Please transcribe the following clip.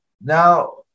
now